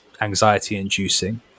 anxiety-inducing